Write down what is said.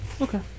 Okay